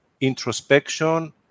introspection